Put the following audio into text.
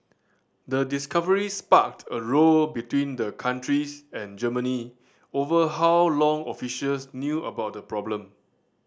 the discovery sparked a row between the countries and Germany over how long officials knew about the problem